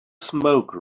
smoke